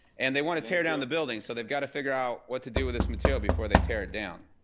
and they want to tear down the building so they they've got to figure out what to do with this material before they tear it down.